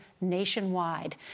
nationwide